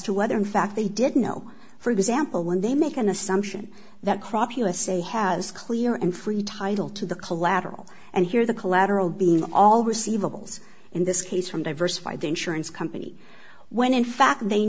to whether in fact they didn't know for example when they make an assumption that crop usa has clear and free title to the collateral and here the collateral being all receivables in this case from diversified the insurance company when in fact they